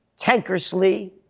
Tankersley